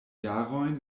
jarojn